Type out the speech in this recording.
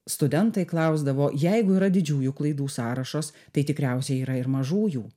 studentai klausdavo jeigu yra didžiųjų klaidų sąrašas tai tikriausiai yra ir mažųjų